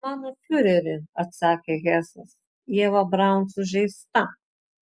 mano fiureri atsakė hesas ieva braun sužeista